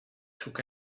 took